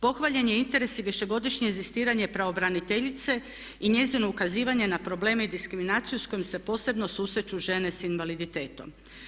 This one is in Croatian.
Pohvaljen je interes i višegodišnje inzistiranje pravobraniteljice i njezino ukazivanje na probleme i diskriminaciju s kojom se posebno susreću žene s invaliditetom.